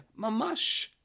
Mamash